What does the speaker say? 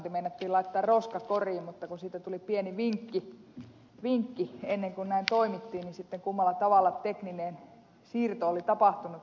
tilastointi meinattiin laittaa roskakoriin mutta kun siitä tuli pieni vinkki ennen kuin näin toimittiin sitten kummalla tavalla tekninen siirto oli tapahtunut